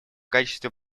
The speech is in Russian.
качестве